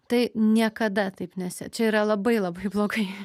tai niekada taip nesi čia yra labai labai blogai